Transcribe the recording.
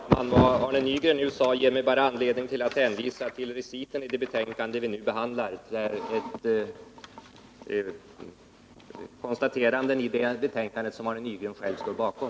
Herr talman! Vad Arne Nygren nyss sade ger mig bara anledning att hänvisa till reciten i det betänkande vi nu behandlar, där det görs ett antal konstateranden som Arne Nygren själv står bakom.